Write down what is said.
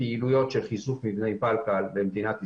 פעילויות של חיזוק מבני פלקל במדינת ישראל,